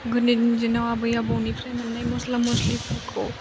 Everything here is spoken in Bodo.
गोदोनि दिनाव आबै आबौनिफ्राय मोन्नाय मस्ला मस्लिफोरखौ